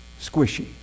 squishy